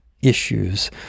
issues